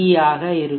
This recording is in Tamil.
டி ஆக இருக்கும்